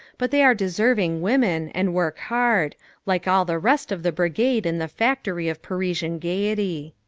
but they are deserving women, and work hard like all the rest of the brigade in the factory of parisian gaiety.